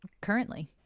currently